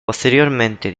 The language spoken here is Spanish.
posteriormente